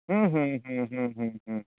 ᱦᱩᱸ ᱦᱩᱸ ᱦᱩᱸ ᱦᱩᱸ ᱦᱩᱸ ᱦᱩᱸ ᱦᱩᱸ